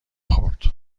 خورد